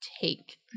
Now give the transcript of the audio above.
take